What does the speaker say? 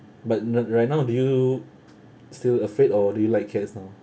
but right right now do you still afraid or do you like cats now